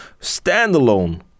standalone